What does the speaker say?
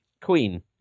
queen